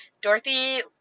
Dorothy